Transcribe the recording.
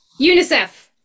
UNICEF